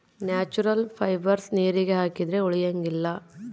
natural fibres ನೀರಿಗೆ ಹಾಕಿದ್ರೆ ಉಳಿಯಂಗಿಲ್ಲ